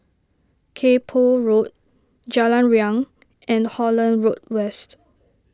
Kay Poh Road Jalan Riang and Holland Road West